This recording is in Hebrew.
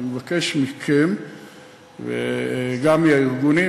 אני מבקש מכם וגם מהארגונים,